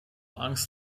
angst